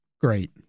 Great